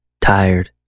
tired